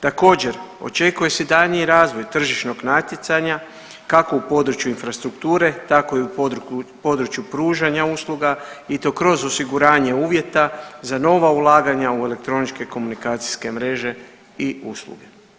Također očekuje se i daljnji razvoj tržišnog natjecanja kako u području infrastrukture tako i u području pružanja usluga i to kroz osiguranje uvjeta za nova ulaganja u elektroničke komunikacijske mreže i usluge.